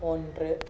ஒன்று